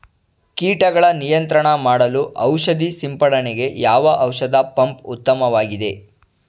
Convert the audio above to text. ಕೀಟಗಳ ನಿಯಂತ್ರಣ ಮಾಡಲು ಔಷಧಿ ಸಿಂಪಡಣೆಗೆ ಯಾವ ಔಷಧ ಪಂಪ್ ಉತ್ತಮವಾಗಿದೆ?